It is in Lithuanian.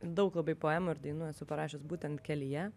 daug labai poemų ir dainų esu parašęs būtent kelyje